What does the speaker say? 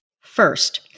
First